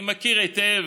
אני מכיר היטב